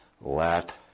Let